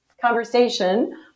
conversation